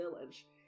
village